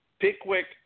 Pickwick –